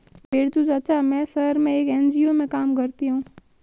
बिरजू चाचा, मैं शहर में एक एन.जी.ओ में काम करती हूं